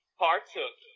partook